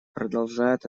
продолжает